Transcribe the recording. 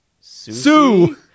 Sue